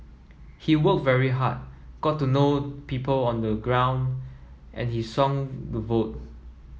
he worked very hard got to know people on the ground and he swung the vote